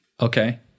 Okay